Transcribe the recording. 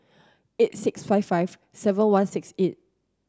eight six five five seven one six eight